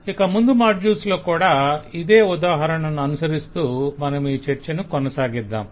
ఇక ముందు మాడ్యూల్స్ లో కూడా ఇదే ఉదాహరణను అనుసరిస్తూ మనమీ చర్చను కొనసాగిద్దాం